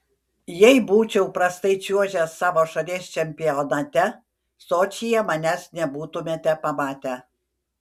jei būčiau prastai čiuožęs savo šalies čempionate sočyje manęs nebūtumėte pamatę